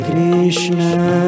Krishna